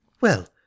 Well